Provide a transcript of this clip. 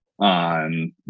On